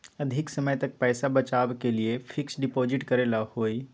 अधिक समय तक पईसा बचाव के लिए फिक्स डिपॉजिट करेला होयई?